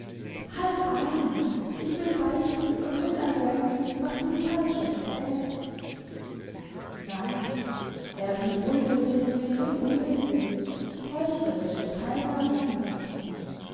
halt ein ich will beichten und will ergänzen was du falsch erzählst nein er blieb unbeweglich und unbewegt heuchlerische theilnahme zeigend